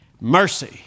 Mercy